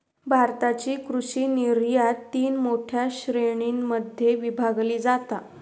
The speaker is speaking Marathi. भारताची कृषि निर्यात तीन मोठ्या श्रेणीं मध्ये विभागली जाता